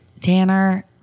Tanner